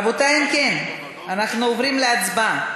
רבותי, אם כן, אנחנו עוברים להצבעה.